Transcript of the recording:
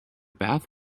bath